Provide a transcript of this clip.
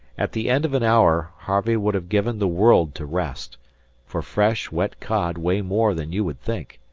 at the end of an hour harvey would have given the world to rest for fresh, wet cod weigh more than you would think,